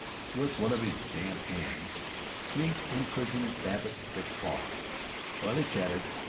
with one of his damp hands smeeth imprisoned babbitt's thick paw while he chanted,